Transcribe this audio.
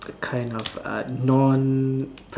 a kind of uh non